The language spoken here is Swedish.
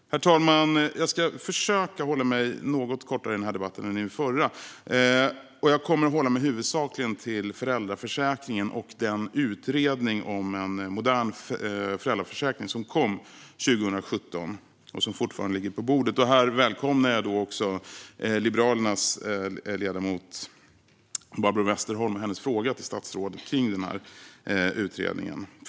Herr talman! Jag ska försöka hålla mig något kortare i den här debatten än i den förra. Jag kommer huvudsakligen att hålla mig till föräldraförsäkringen och den utredning om en modern föräldraförsäkring som kom 2017 och som fortfarande ligger på bordet. Jag välkomnar frågan från Liberalernas ledamot Barbro Westerholm till statsrådet om den här utredningen.